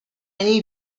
need